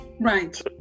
right